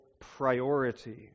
priority